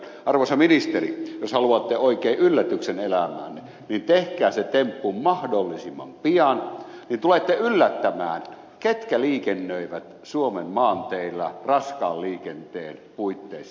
arvoisa ministeri jos haluatte oikein yllätyksen elämäänne niin tehkää se temppu mahdollisimman pian niin tulette yllättymään ketkä liikennöivät suomen maanteillä raskaan liikenteen puitteissa